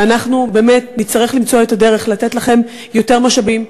ואנחנו באמת נצטרך למצוא את הדרך לתת לכם יותר משאבים,